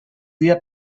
dia